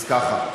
אז ככה: